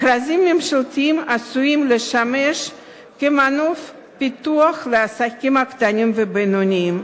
מכרזים ממשלתיים עשויים לשמש כמנוף פיתוח לעסקים קטנים ובינוניים,